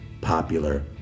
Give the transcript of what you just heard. popular